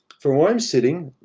from where i'm sitting,